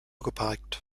geparkt